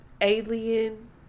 alien